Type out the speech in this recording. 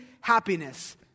happiness